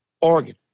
Oregon